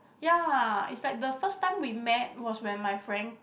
ya it's like the first time we met was when my friend